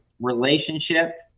relationship